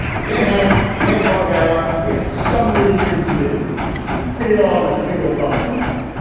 we had hanna. we had barbara. we had some looney tunes and disney. you could fit it all on a single thumb drive.